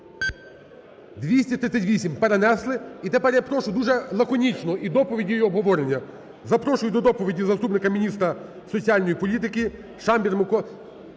За-238 Перенесли. І тепер я прошу дуже лаконічно і доповідь, і обговорення. Запрошую до доповіді заступника міністра соціальної політики Шамбір Микола…